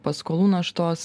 paskolų naštos